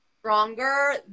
stronger